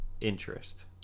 interest